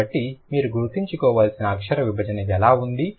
కాబట్టి మీరు గుర్తుంచుకోవలసిన అక్షర విభజన ఎలా ఉంది